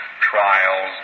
trials